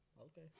okay